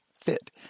fit